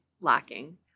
lacking